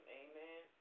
amen